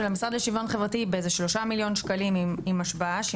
לשוויון חברתי ב-3 מיליון שקלים בערך עם השפעה של